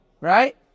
Right